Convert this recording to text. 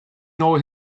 know